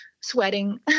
sweating